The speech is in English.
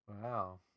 wow